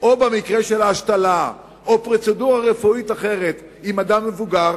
או במקרה של ההשתלה או פרוצדורה רפואית אחרת עם אדם מבוגר,